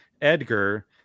Edgar